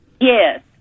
yes